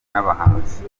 n’abahanzi